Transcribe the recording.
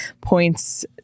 points